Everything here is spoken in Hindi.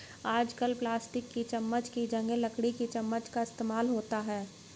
आजकल प्लास्टिक की चमच्च की जगह पर लकड़ी की चमच्च का इस्तेमाल होता है